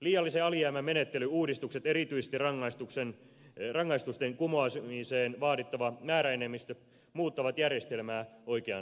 liiallisen alijäämämenettelyn uudistukset erityisesti rangaistusten kumoamiseen vaadittava määräenemmistö muuttavat järjestelmää oikeaan suuntaan